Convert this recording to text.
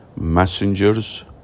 messengers